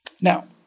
now